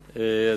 השר.